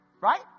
Right